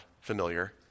familiar